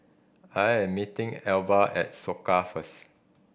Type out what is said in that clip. I am meeting Elba at Soka first